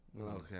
Okay